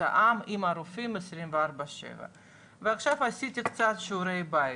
העם עם רופאים 24/7. ועכשיו עשיתי קצת שיעורי בית,